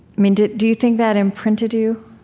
mean do do you think that imprinted you,